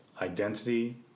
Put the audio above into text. identity